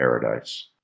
paradise